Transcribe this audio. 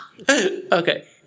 Okay